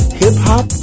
hip-hop